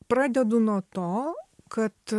pradedu nuo to kad